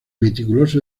meticuloso